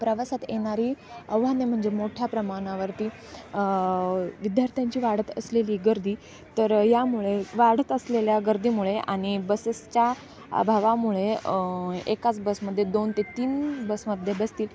प्रवासात येणारी आव्हाने म्हणजे मोठ्या प्रमाणावरती विद्यार्थ्यांची वाढत असलेली गर्दी तर यामुळे वाढत असलेल्या गर्दीमुळे आणि बसेसच्या अभावामुळे एकाच बसमध्ये दोन ते तीन बसमध्ये बसतील